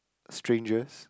strangers